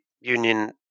Union